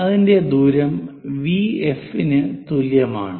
അതിന്റെ ദൂരം VF ന് തുല്യമാണ്